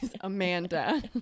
amanda